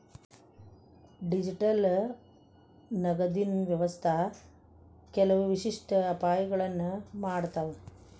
digital ನಗದಿನ್ ವ್ಯವಸ್ಥಾ ಕೆಲವು ವಿಶಿಷ್ಟ ಅಪಾಯಗಳನ್ನ ಮಾಡತಾವ